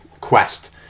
quest